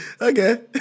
okay